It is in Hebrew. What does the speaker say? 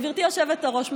גברתי היושבת-ראש,